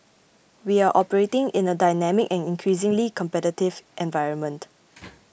we are operating in a dynamic and increasingly competitive environment